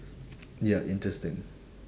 ya interesting